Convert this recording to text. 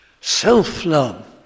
self-love